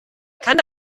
kann